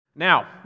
Now